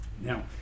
Now